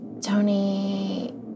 Tony